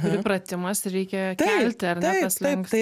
pripratimas ir reikia kelti ar ne tą slenkstį